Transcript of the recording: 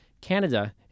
Canada